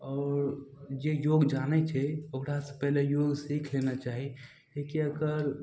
आओर जे योग जानय छै ओकरासँ पहिले योग सीख लेना चाही किएक कि अगर